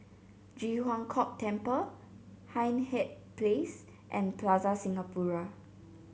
Ji Huang Kok Temple Hindhede Place and Plaza Singapura